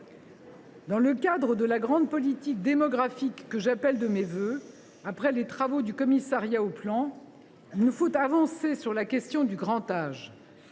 Dans le cadre de la grande politique démographique que j’appelle de mes vœux, après les travaux du Haut Commissariat au plan, il nous faut avancer sur la question du grand âge.